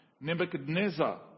Nebuchadnezzar